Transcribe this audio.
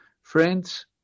friends